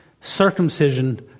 Circumcision